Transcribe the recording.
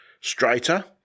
straighter